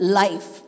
life